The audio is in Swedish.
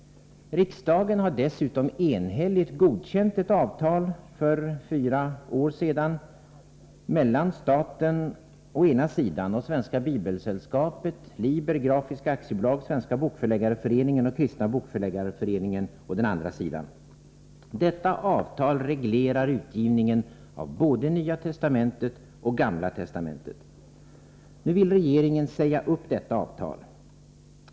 Riksdagen har dessutom, för fyra år sedan, enhälligt godkänt ett avtal mellan staten å den ena sidan och Svenska bibelsällskapet, Liber Grafiska AB, Svenska bokförläggareföreningen och Kristna bokförläggareföreningen å den andra. Detta avtal reglerar utgivningen av både Nya testamentet och Gamla testamentet. Nu vill regeringen riva upp avtalet.